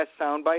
soundbite